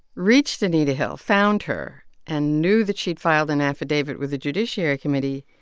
reached anita hill, found her and knew that she'd filed an affidavit with the judiciary committee.